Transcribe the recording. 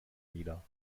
wieder